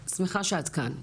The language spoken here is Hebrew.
אני שמחה שאת כאן.